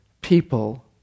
people